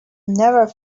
never